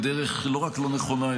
בדרך לא רק לא נכונה,